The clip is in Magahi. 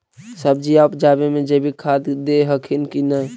सब्जिया उपजाबे मे जैवीक खाद दे हखिन की नैय?